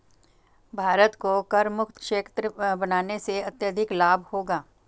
भारत को करमुक्त क्षेत्र बनाने से अत्यधिक लाभ होगा